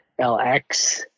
LX